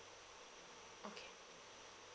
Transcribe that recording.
okay